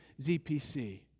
ZPC